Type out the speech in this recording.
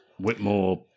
Whitmore